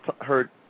heard